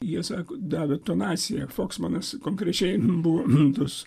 jie sako davė tonaciją foksmanas konkrečiai buvo tas